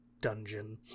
dungeon